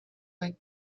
või